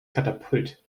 katapult